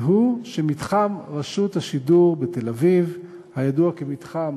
והוא שמתחם רשות השידור בתל-אביב, הידוע כמתחם